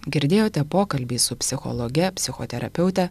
girdėjote pokalbį su psichologe psichoterapeute